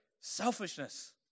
selfishness